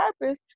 purpose